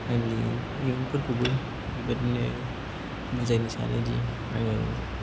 फेमिलिनिफोरखौबो बेबायदिनो बुजायनो सानो दि आङो